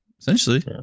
essentially